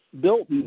built